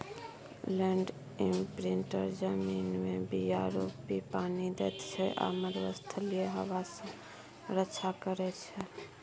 land imprinter जमीनमे बीया रोपि पानि दैत छै आ मरुस्थलीय हबा सँ रक्षा करै छै